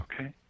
Okay